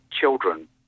children